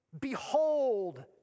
Behold